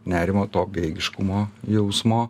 nerimo to bejėgiškumo jausmo